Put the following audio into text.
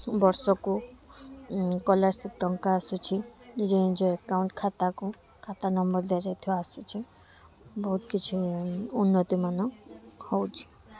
ବର୍ଷକୁ ସ୍କଲାରସିପ ଟଙ୍କା ଆସୁଛି ନିଜ ନିଜ ଆକାଉଣ୍ଟ ଖାତା କୁ ଖାତା ନମ୍ବର ଦିଆ ଯାଇଥିବା ଆସୁଛି ବହୁତ କିଛି ଉନ୍ନତି ମାନ ହଉଛି